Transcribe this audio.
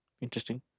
Interesting